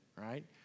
right